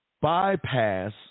bypass